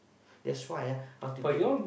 that's why ah I want to be